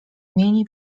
mieli